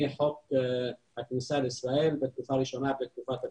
חוק הכניסה לישראל בתקופה הראשונה - לתקופת הבידוד.